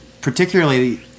particularly